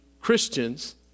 Christians